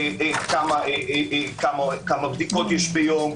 כמה בדיקות יש ביום,